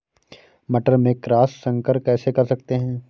मटर में क्रॉस संकर कैसे कर सकते हैं?